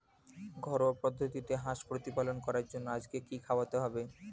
ঘরোয়া পদ্ধতিতে হাঁস প্রতিপালন করার জন্য আজকে কি খাওয়াতে হবে?